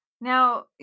Now